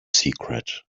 secret